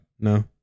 No